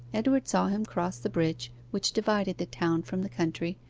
edward saw him cross the bridge which divided the town from the country,